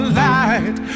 light